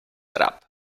drap